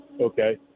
okay